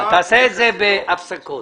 תעשה את זה בהפסקות.